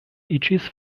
iĝis